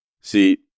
See